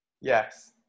Yes